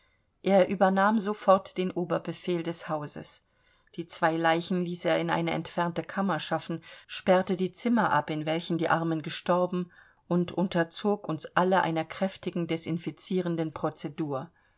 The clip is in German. er übernahm sofort den oberbefehl des hauses die zwei leichen ließ er in eine entfernte kammer schaffen sperrte die zimmer ab in welchen die armen gestorben und unterzog uns alle einer kräftigen desinfizierenden prozedur